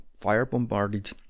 fire-bombarded